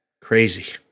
crazy